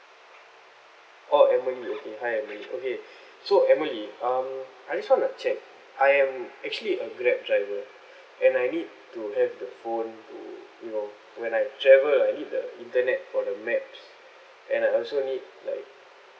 oh emily okay hi emily okay so emily um I just want to check I am actually a grab driver and I need to have the phone to you know when I travel I need the internet for the maps and I also need like